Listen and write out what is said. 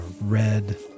red